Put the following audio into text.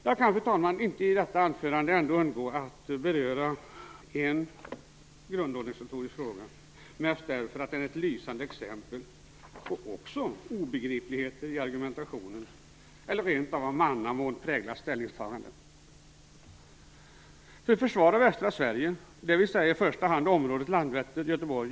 Jag kan inte, fru talman, i detta anförande undvika att beröra en grundorganisatorisk fråga, mest därför att den också är ett lysande exempel på obegripligheter i argumentationen eller av mannamån präglade ställningstaganden.